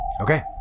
Okay